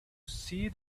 see